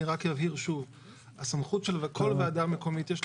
אני אבהיר לכל ועדה מקומית יש את